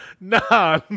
Nah